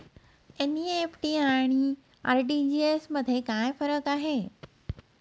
NEFT आणि RTGS मध्ये काय फरक आहे?